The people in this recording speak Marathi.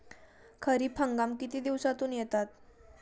खरीप हंगाम किती दिवसातून येतात?